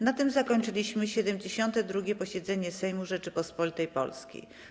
Na tym zakończyliśmy 72. posiedzenie Sejmu Rzeczypospolitej Polskiej.